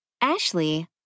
Ashley